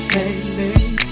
Baby